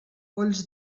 polls